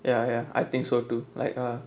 ya ya I think so too like ah